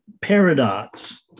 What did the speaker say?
paradox